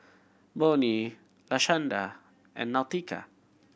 Bonnie Lashanda and Nautica